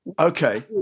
Okay